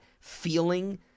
feeling